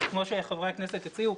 כמו שחברי הכנסת הציעו,